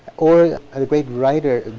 or a great writer,